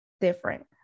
different